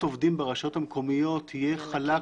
עובדים ברשויות המקומיות יהיה חלק,